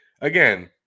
Again